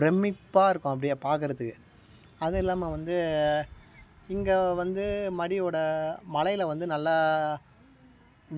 பிரமிப்பாக இருக்கும் அப்படியே பார்க்கறத்துக்கு அதுவும் இல்லாமல் வந்து இங்கே வந்து மடியோட மலையில் வந்து நல்லா